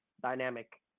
dynamic